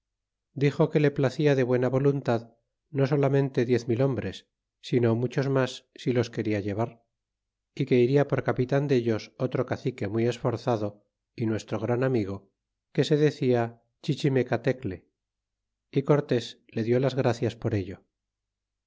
dixo que le placía de buena voluntad no solamente diez mil hombres sino muchos mas si los queria llevar y que iria por capilar dellos otro cacique muy esforzado é nuestro gran amigo que se dada chichimecatecle y cortés le diú las gracias por ello